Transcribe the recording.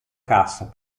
cassa